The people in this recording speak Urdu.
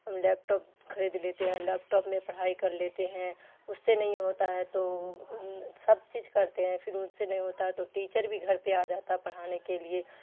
ہم لیپ ٹاپ خرید لیتے ہیں لیپ ٹاپ میں پڑھائی کر لیتے ہیں اس سے نہیں ہوتا ہے تو سب چیز کرتے ہیں پھر ان سے نہیں ہوتا ہے تو ٹیچر بھی گھر پہ آ جاتا ہے پڑھانے کے لیے